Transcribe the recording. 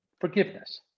Forgiveness